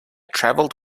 traveled